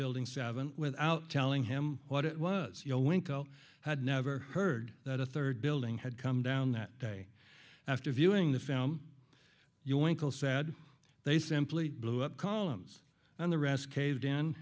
building seven without telling him what it was you know winkle had never heard that a third building had come down that day after viewing the film you winkle sad they simply blew up columns and the rest caved in